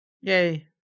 Yay